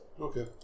Okay